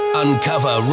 uncover